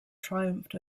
triumphed